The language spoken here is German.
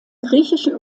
griechischen